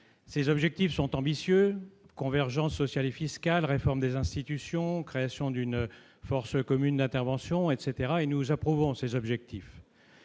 Ses objectifs sont ambitieux : convergence sociale et fiscale, réforme des institutions, création d'une force commune d'intervention, etc. Nous approuvons ces objectifs,